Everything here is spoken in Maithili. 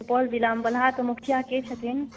सुपौल ज़िलामे बलहाक मुखिया के छथिन